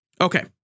Okay